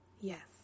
Yes